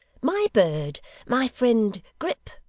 my bird my friend grip